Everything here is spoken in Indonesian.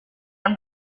dan